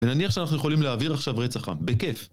ונניח שאנחנו יכולים להעביר עכשיו רצח עם. בכיף.